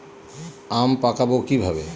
আম পাকাবো কিভাবে?